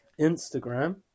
Instagram